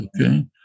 Okay